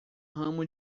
ramo